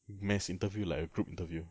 mass interview like a group interview